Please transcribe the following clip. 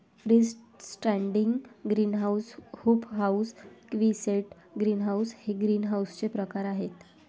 free standing greenhouse, hoop house, quonset greenhouse हे ग्रीनहाऊसचे प्रकार आहे